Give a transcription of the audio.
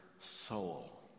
soul